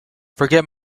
forget